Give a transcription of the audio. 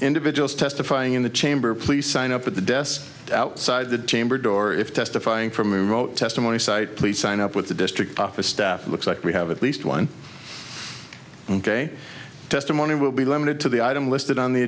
individuals testifying in the chamber please sign up at the desk outside the chamber door if testifying from rote testimony site please sign up with the district office staff looks like we have at least one ok testimony will be limited to the item listed on the